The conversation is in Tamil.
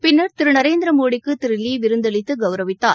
பின்னர் திரு நரேந்திர மோடிக்கு திரு லீ விருந்தளித்து கௌரவித்தார்